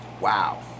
Wow